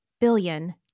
billion